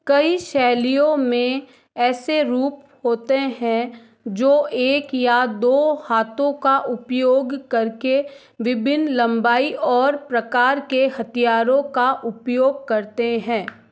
कई शैलियों में ऐसे रूप होते हैं जो एक या दो हाथों का उपयोग करके विभिन्न लंबाई और प्रकार के हथियारों का उपयोग करते हैं